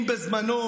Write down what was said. אם בזמנו,